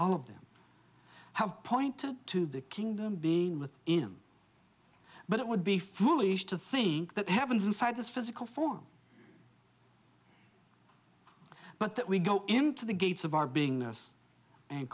all of them have pointed to the kingdom being with him but it would be foolish to think that happens inside this physical form but that we go into the gates of our beingness and